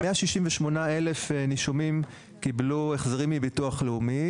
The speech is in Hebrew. כ-168,000 נישומים קיבלו החזרים מהביטוח הלאומי